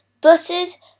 buses